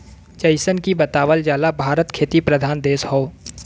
जइसन की बतावल जाला भारत खेती प्रधान देश हौ